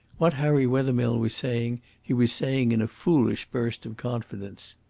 what harry wethermill was saying he was saying in a foolish burst of confidence.